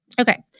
Okay